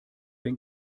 den